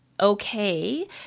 okay